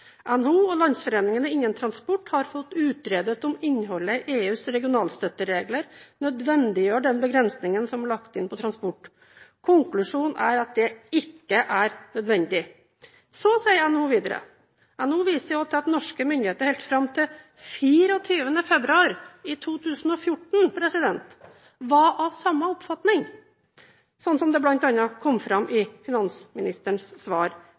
NHO og landsforeningene innen transport har fått utredet om innholdet i EUs regionalstøtteregler nødvendiggjør den begrensningen som er lagt inn på transport. Konklusjonen er at det ikke er nødvendig.» Så sier NHO videre: «NHO viser også til at norske myndigheter helt frem til 24. februar 2014 var av samme oppfatning, slik det blant annet kommer frem i finansministerens svar